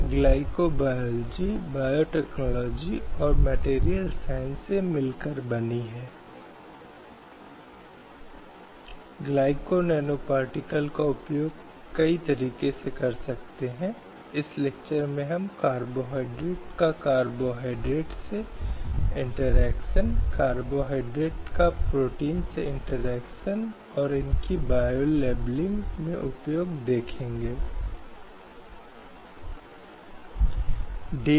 अब वह लंबे समय से हेयर स्टाइलिश में मेकअप आर्टिस्ट के रूप में मुकाम पाने की कोशिश कर रही थीं हालांकि यह बताया गया कि उन्हें मेकअप आर्टिस्ट का काम नहीं दिया जा सकता क्योंकि तब तक यह हालिया मामला है जब तक पुरुष सदस्य हैं केवल उस नौकरी की अनुमति दी